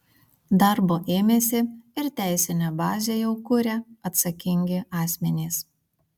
darbo ėmėsi ir teisinę bazę jau kuria atsakingi asmenys